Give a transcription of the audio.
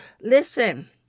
Listen